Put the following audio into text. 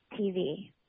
TV